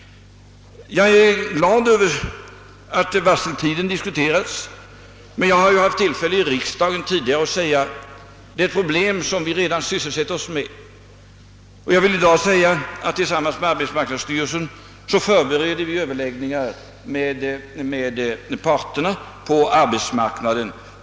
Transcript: Jag är också glad över att varseltiden diskuterats men jag har tidigare haft tillfälle att i riksdagen tala om att deita är problem som vi redan sysslar med. För närvarande pågår förberedelser i departementet och hos arbetsmarknadsstyrelsen för överläggningar med parterna på arbetsmarknaden.